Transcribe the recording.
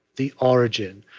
the origin,